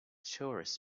tourists